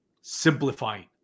simplifying